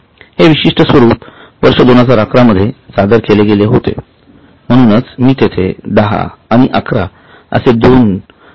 हे विशिष्ट स्वरूप वर्ष २०११ मध्ये सादर केले गेले होते म्हणूनच मी तेथे १० आणि ११ असे लिहले आहे